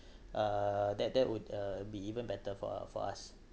uh that that would uh be even better for uh for us